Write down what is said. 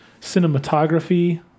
cinematography